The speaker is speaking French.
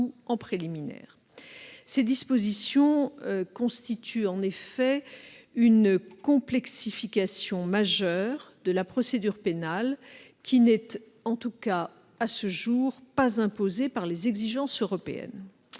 Ces dispositions constituent en effet une complexification majeure de la procédure pénale, qui n'est pas, en tout cas à ce jour, imposée par les exigences européennes.